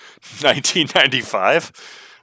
1995